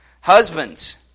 Husbands